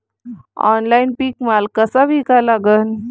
Online पीक माल कसा विका लागन?